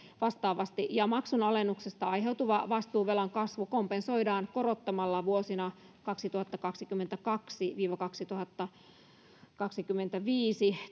vastaavasti ja maksun alennuksesta aiheutuva vastuuvelan kasvu kompensoidaan korottamalla vuosina kaksituhattakaksikymmentäkaksi viiva kaksituhattakaksikymmentäviisi